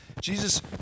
Jesus